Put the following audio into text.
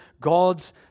God's